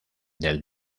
del